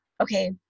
Okay